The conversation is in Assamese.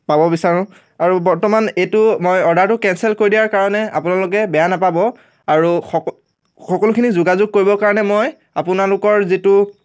পাব বিচাৰোঁ আৰু বৰ্তমান এইটো মই অৰ্ডাৰটো কেনচেল কৰি দিয়াৰ কাৰণে আপোনালোকে বেয়া নাপাব আৰু সক সকলোখিনি যোগাযোগ কৰিবৰ কাৰণে মই আপোনালোকৰ যিটো